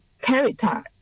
character